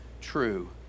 true